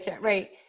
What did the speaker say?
Right